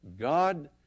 God